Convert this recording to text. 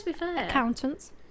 accountants